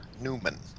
Newman